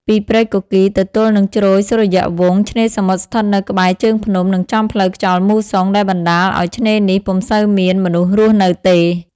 ពីព្រែកគគីរទៅទល់នឹងជ្រោយសូរីយ៍វង្ស ឆ្នេរសមុទ្រស្ថិតនៅក្បែរ ជើងភ្នំ និងចំផ្លូវខ្យល់មូសុង ដែលបណ្តាលអោយឆ្នេរនេះពុំសូវមាន មនុស្សរស់នៅទេ ។